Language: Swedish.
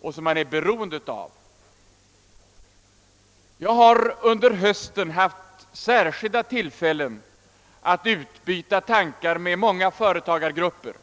och som man är beroende av. Jag har under hösten haft tillfälle att utbyta tankar med många företagargrupper.